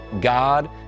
God